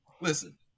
Listen